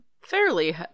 fairly